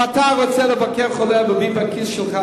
אם אתה רוצה לבקר חולה ולהביא בכיס שלך